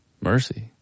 mercy